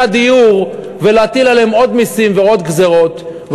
הדיור ולהטיל עליהם עוד מסים ועוד גזירות.